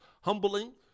humbling